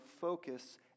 focus